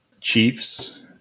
Chiefs